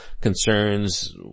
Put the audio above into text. concerns